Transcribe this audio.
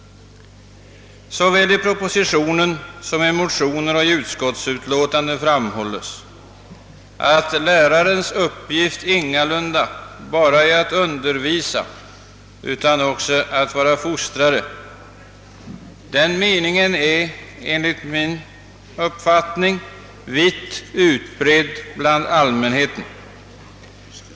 Såväl i propositionen som i motioner och i utskottsutlåtandet framhålles att lärarens uppgift ingalunda bara är att undervisa utan också att vara fostrare. Den meningen är vitt utbredd bland allmänheten.